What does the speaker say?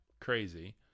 crazy